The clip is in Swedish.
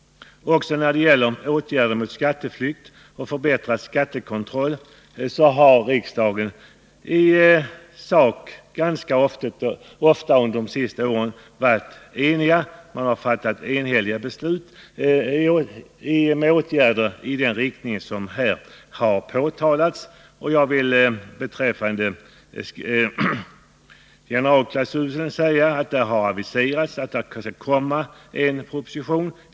Också när det gäller åtgärder mot skatteflykt och förbättrad skattekontroll har riksdagen i sak oftast under de senaste åren varit enig. Enhälliga beslut om åtgärder i denna riktning har förordats. Beträffande generalklausulen har en proposition aviserats.